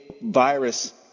virus